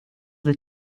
the